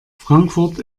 frankfurt